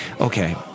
Okay